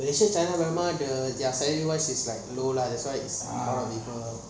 malaysia china myanmar